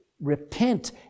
repent